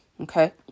Okay